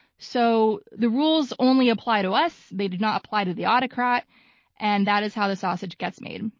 so the rules only apply to us, they do not apply to the autocrat and that is how the sausage gets made.